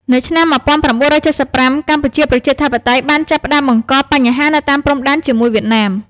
នៅឆ្នាំ ១៩៧៥ កម្ពុជាប្រជាធិបតេយ្យបានចាប់ផ្តើមបង្កបញ្ហានៅតាមព្រំដែនជាមួយវៀតណាម។